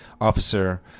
officer